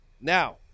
Now